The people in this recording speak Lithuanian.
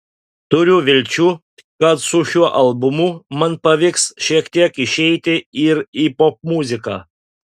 turiu vilčių kad su šiuo albumu man pavyks šiek tiek išeiti ir į popmuziką